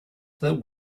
that